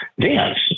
dance